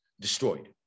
destroyed